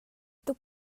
tuk